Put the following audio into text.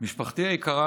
משפחתי היקרה,